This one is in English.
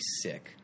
sick